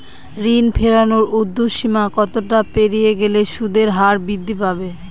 ঋণ ফেরানোর উর্ধ্বসীমা কতটা পেরিয়ে গেলে সুদের হার বৃদ্ধি পাবে?